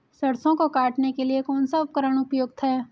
सरसों को काटने के लिये कौन सा उपकरण उपयुक्त है?